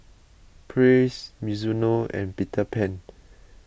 Praise Mizuno and Peter Pan